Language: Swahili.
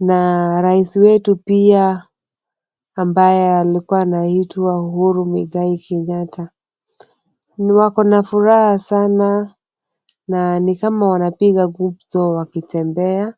na raisi wetu pia ambaye alikuwa anaitwa Uhuru Muigai Kenyatta na wako na furaha sana na ni kama wanapiga gumzo wakitembea.